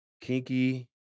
Kinky